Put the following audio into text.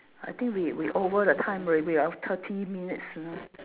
I think we we over the time we we have thirty minutes you know